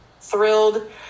thrilled